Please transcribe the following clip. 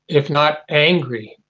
if not angry,